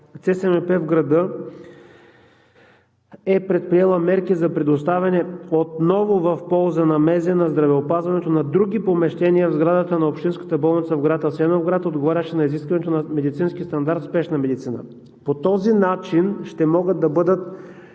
(ЦСМП) в града е предприел мерки за предоставяне отново в полза на Министерството на здравеопазването на други помещения в сградата на общинската болница в град Асеновград, отговарящи на изискванията на медицинския стандарт за спешна медицина. По този начин ще могат да бъдат